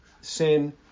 sin